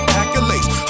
accolades